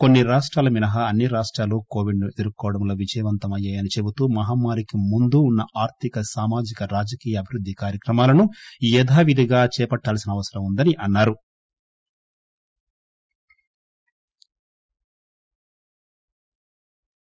కొన్ని రాష్టాలు మినహా అన్నీ రాష్టాలు కోవిడ్ ను ఎదుర్కోవడంలో విజయవంతం అయ్యాయని చెబుతూ మహమ్మారికి ముందు ఉన్న ఆర్దిక సామాజిక రాజకీయ అభివృద్ది కార్యక్రమాలను యధావిధిగా చేపట్టాల్పిన అవసరం ఉందని అన్సారు